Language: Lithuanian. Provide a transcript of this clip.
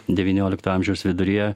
devyniolikto amžiaus viduryje